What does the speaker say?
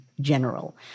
General